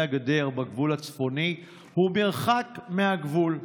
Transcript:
הגדר בגבול הצפוני הוא מרחק מהגבול.